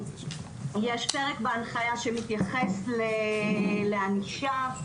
יש פרק בהנחיה שמתייחס לענישה,